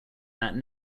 that